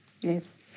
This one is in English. Yes